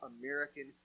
American